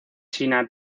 china